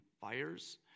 fires